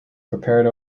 prepared